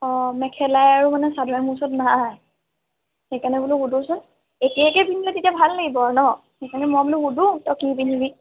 অঁ মেখেলা আৰু মানে চাদৰে মোৰ ওচৰত নাই সেইকাৰণে বোলো সোধোঁচোন একে একে পিন্ধিলে তেতিয়া ভাল লাগিব আৰু ন সেইকাৰণে মই বোলো সোধোঁ তই কি পিন্ধিবি